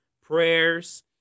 prayers